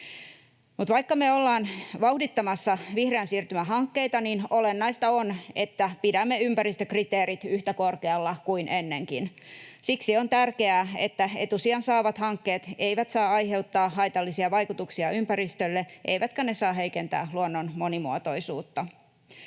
vaikka me ollaan vauhdittamassa vihreän siirtymän hankkeita, niin olennaista on, että pidämme ympäristökriteerit yhtä korkealla kuin ennenkin. Siksi on tärkeää, että etusijan saavat hankkeet eivät saa aiheuttaa haitallisia vaikutuksia ympäristölle eivätkä ne saa heikentää luonnon monimuotoisuutta.